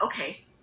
okay